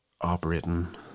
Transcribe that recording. Operating